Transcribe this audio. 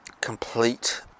complete